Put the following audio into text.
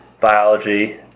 biology